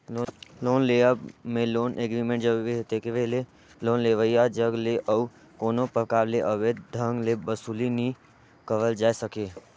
loan लेवब में loan agreement जरूरी हे तेकरे ले लोन लेवइया जग ले अउ कोनो परकार ले अवैध ढंग ले बसूली नी करल जाए सके